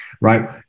right